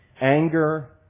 anger